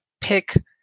pick